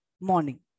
morning